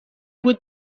بود